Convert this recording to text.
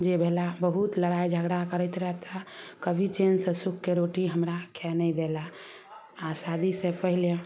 जे भेला बहुत लड़ाइ झगड़ा करैत रहिता कभी चेनसँ सुखके रोटी हमरा खाइ नहि देला आओर शादीसँ पहिले